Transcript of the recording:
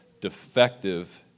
defective